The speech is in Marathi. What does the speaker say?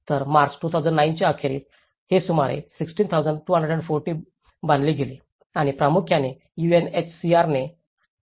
तर मार्च 2009 च्या अखेरीस हे सुमारे 16 240 बांधले गेले आणि प्रामुख्याने यूएनएचसीआर आणि एमओएसएसपीच्या भागीदारीने